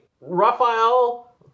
Raphael